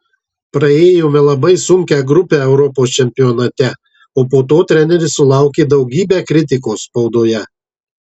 praėjome labai sunkią grupę europos čempionate o po to treneris sulaukė daugybę kritikos spaudoje